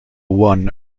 one